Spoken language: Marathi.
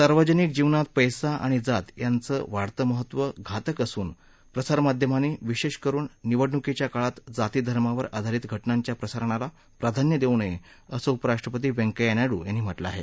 सार्वजनिक जीवनात पैसा आणि जात यांचं वाढतं महत्त्व घातक असून प्रसारमाध्यमांनी विशेषकरून निवडणुकीच्या काळात जाती धर्मावर आधारित घटनांच्या प्रसारणाला प्राधान्य देऊ नये असं उपराष्ट्रपती व्यंकय्या नायडू यांनी म्हटलं आहे